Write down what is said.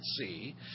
see